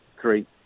three